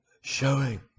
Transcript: showing